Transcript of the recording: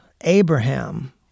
Abraham